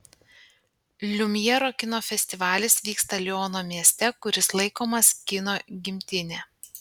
liumjero kino festivalis vyksta liono mieste kuris laikomas kino gimtine